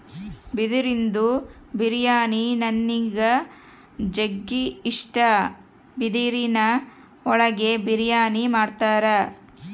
ಬಿದಿರಿಂದು ಬಿರಿಯಾನಿ ನನಿಗ್ ಜಗ್ಗಿ ಇಷ್ಟ, ಬಿದಿರಿನ್ ಒಳಗೆ ಬಿರಿಯಾನಿ ಮಾಡ್ತರ